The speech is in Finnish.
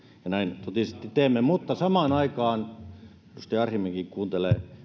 ja näin totisesti teemme mutta samaan aikaan edustaja arhinmäkikin kuuntelee